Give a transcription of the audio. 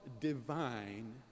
divine